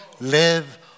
live